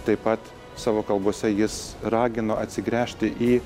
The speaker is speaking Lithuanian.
taip pat savo kalbose jis ragino atsigręžti į